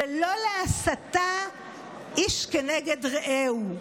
ולא להסתה איש כנגד רעהו.